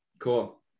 Cool